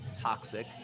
toxic